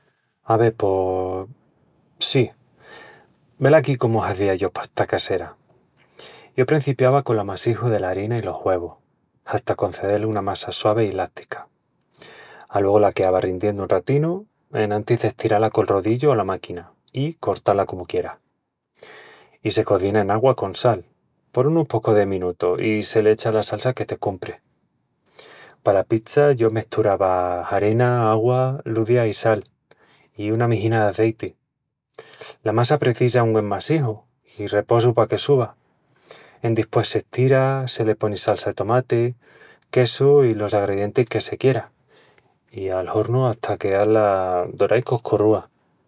Ave, pos... sí, velaquí cómu hazía yo pasta casera. Yo prencipiava col amassiju dela harina i los güevus, hata concedel una massa suavi i lástica. Aluegu, la queava rindiendu un ratinu enantis d'estirá-la col roíllu o la máquina i cortá-la ya comu quieras. I se cozina en augua con sal por unus pocus de menutus i se l'echa lel moji que te cumpri. Pala pizza, yo mesturava harina, augua, ludia i sal, i una mijina d'azeiti. La massa precisa un güen massiju i reposu paque suba. Endispués s'estira, se le pon tomati, quesu i los agredientis que se quiera, i al hornu hata queá-la dorá i coscorrúa.